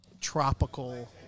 tropical